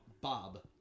Bob